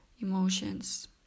emotions